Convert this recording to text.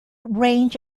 range